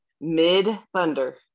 Mid-thunder